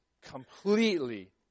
completely